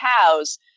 cows